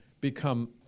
become